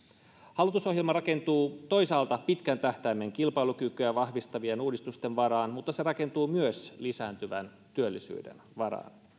hallitusohjelma rakentuu toisaalta pitkän tähtäimen kilpailukykyä vahvistavien uudistusten varaan mutta se rakentuu myös lisääntyvän työllisyyden varaan